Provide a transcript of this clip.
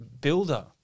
builder